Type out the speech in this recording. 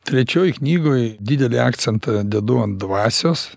trečioj knygoj didelį akcentą dedu ant dvasios